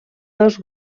dos